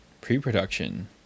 pre-production